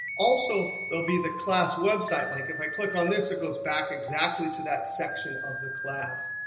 also, there'll be the class website. like if i click on this, it goes back exactly to that section of the class.